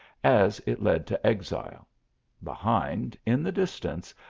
as it led to exile behind, in the distance,